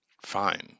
Fine